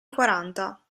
quaranta